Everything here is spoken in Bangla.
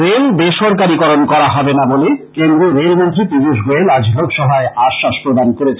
রেল বেসরকারীকরন করা হবে না বলে কেন্দ্রীয় রেলমন্ত্রী পীযুষ গোয়েল আজ লোকসভায় আশ্বাস প্রদান করেছেন